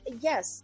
Yes